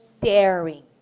daring